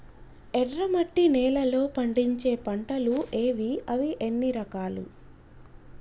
ఎర్రమట్టి నేలలో పండించే పంటలు ఏవి? అవి ఎన్ని రకాలు?